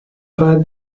bad